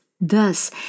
Thus